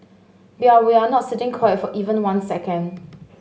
we are we are not sitting quiet for even one second